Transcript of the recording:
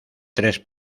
tres